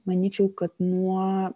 manyčiau kad nuo